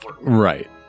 Right